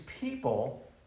people